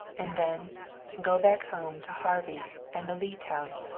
and then go back home to harvey and the leete house,